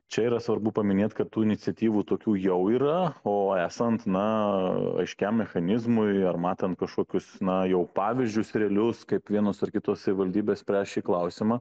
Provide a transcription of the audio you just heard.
čia yra svarbu paminėt kad tų iniciatyvų tokių jau yra o esant na aiškiam mechanizmui ar matant kažkokius na jau pavyzdžius realius kaip vienos ar kitos savivaldybės spręs šį klausimą